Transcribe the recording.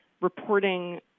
reporting